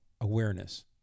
awareness